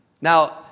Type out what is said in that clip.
Now